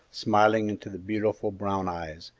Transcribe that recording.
smiling into the beautiful brown eyes,